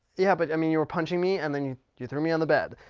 yeah, but i mean you were punching me, and then you threw me on the bed.